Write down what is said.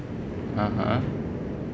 (uh huh)